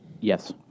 Yes